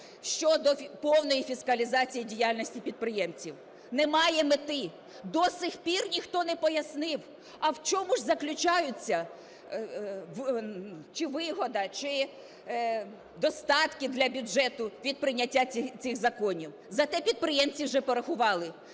щодо повної фіскалізації діяльності підприємців. Немає мети. До сих пір ніхто не пояснив, а в чому ж заключаються чи вигода, чи достатки для бюджету від прийняття цих законів. Зате підприємці вже порахували: